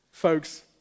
Folks